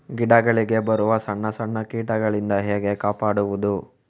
ಗಿಡಗಳಿಗೆ ಬರುವ ಸಣ್ಣ ಸಣ್ಣ ಕೀಟಗಳಿಂದ ಹೇಗೆ ಕಾಪಾಡುವುದು?